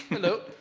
hello,